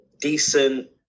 decent